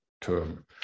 term